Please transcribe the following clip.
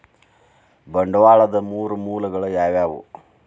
ಬಂಡವಾಳದ್ ಮೂರ್ ಮೂಲಗಳು ಯಾವವ್ಯಾವು?